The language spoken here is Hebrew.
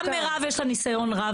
גם מירב יש לה ניסיון רב.